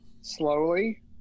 slowly